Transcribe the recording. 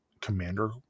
commander